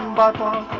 but